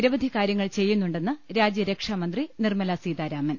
നിരവധി കാര്യ ങ്ങൾ ചെയ്യുന്നുണ്ടെന്ന് രാജ്യരക്ഷാമന്ത്രി നിർമലാ സീതാ രാമൻ